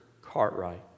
Cartwright